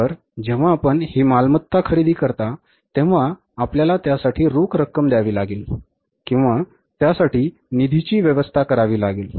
तर जेव्हा आपण ही मालमत्ता खरेदी करता तेव्हा आपल्याला त्यासाठी रोख रक्कम द्यावी लागेल किंवा त्यासाठी निधीची व्यवस्था करावी लागेल